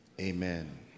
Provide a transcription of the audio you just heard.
Amen